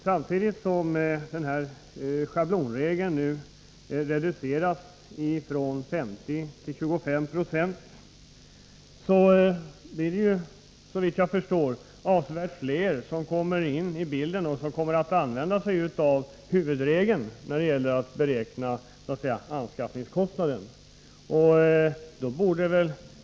Samtidigt som den här schablonregeln nu ändras, så att anskaffningsvärdet reduceras från 50 till 25 Yo, blir det — såvitt jag förstår — avsevärt fler som kommer in i bilden och som kommer att använda huvudregeln när det gäller att beräkna anskaffningskostnaden.